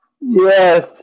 Yes